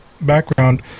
background